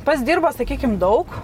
pats dirba sakykim daug